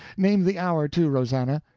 name the hour, too, rosannah.